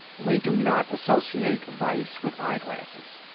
we do not associate vice with eyeglasses.